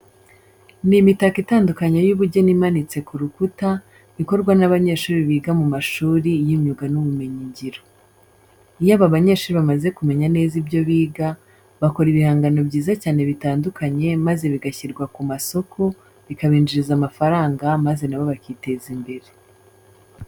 Ni imitako itandukanye y'ubugeni imanitse ku rukuta, ikorwa n'abanyeshuri biga mu mashuri y'imyuga n'ubumenyingiro. Iyo aba banyeshuri bamaze kumenya neza ibyo biga, bakora ibihangano byiza cyane bitandukanye maze bigashyirwa ku masoko bikabinjiriza amafaranga maze na bo bakiteza imbere.